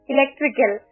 Electrical